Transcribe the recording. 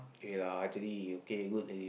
K lah actually okay good that they